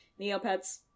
Neopets